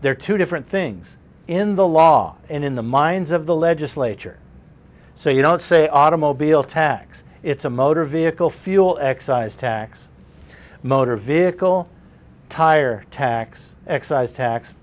are two different things in the law and in the minds of the legislature so you don't say automobile tax it's a motor vehicle fuel excise tax motor vehicle tire tax excise